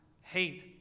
hate